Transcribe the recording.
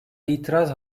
itiraz